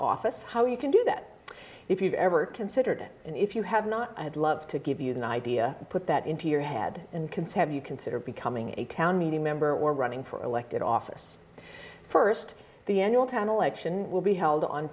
office how you can do that if you've ever considered and if you have not i'd love to give you an idea put that into your head and conceive you consider becoming a town meeting member or running for elected office first the annual town election will be held on